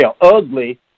ugly